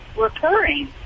recurring